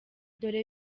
dore